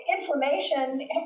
inflammation